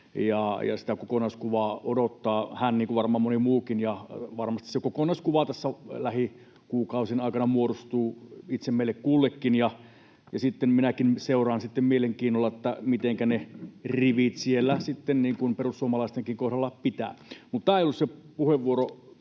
Sitä kokonaiskuvaa hän odottaa, niin kuin varmaan moni muukin, ja varmasti se kokonaiskuva tässä lähikuukausien aikana muodostuu meille itse kullekin. Minäkin seuraan sitten mielenkiinnolla, mitenkä ne rivit siellä perussuomalaistenkin kohdalla pitävät. Mutta tämä ei ollut se puheenvuoro,